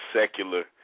secular